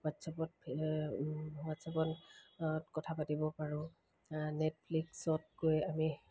হোৱাটছআপত হোৱাটছআপত কথা পাতিব পাৰোঁ নেটফ্লিক্সত গৈ আমি